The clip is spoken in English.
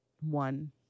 one